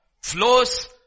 flows